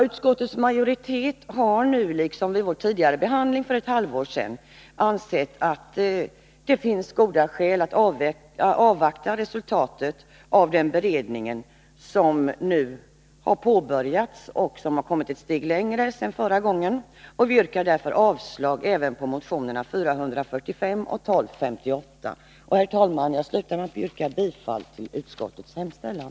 Utskottsmajoriteten har nu, liksom vid den tidigare behandlingen för ett halvår sedan, ansett att det finns goda skäl att avvakta resultatet av den beredning som har påbörjats och som kommit ett steg längre sedan förra gången. Vi yrkar därför avslag även på motionerna 445 och 1258. Herr talman! Jag yrkar bifall till utskottets hemställan.